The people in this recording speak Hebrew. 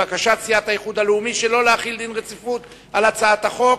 בקשת סיעת האיחוד הלאומי שלא להחיל דין רציפות על הצעת החוק,